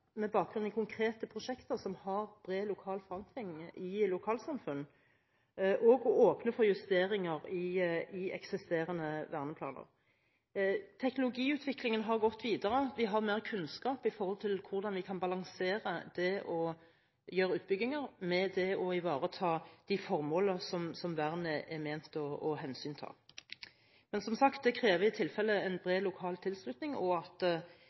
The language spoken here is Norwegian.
med bakgrunn i konkrete prosjekter som har bred lokal forankring i lokalsamfunn – å åpne for justeringer i eksisterende verneplaner. Teknologiutviklingen har gått videre; vi har mer kunnskap om hvordan vi kan balansere det å gjøre utbygginger med det å ivareta de formålene som vernet er ment å ta hensyn til. Men som sagt: Det krever i tilfelle en bred lokal tilslutning og at